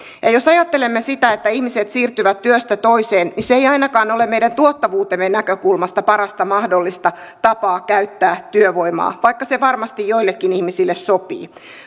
jos ajattelemme sitä että ihmiset siirtyvät työstä toiseen niin se ei ainakaan ole meidän tuottavuutemme näkökulmasta parasta mahdollista tapaa käyttää työvoimaa vaikka se varmasti joillekin ihmisille sopii